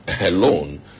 alone